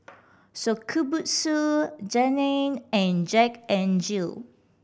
Shokubutsu Danone and Jack N Jill